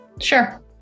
Sure